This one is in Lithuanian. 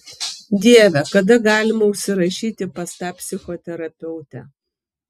dieve kada galima užsirašyti pas tą psichoterapeutę